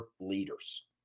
leaders